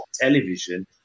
television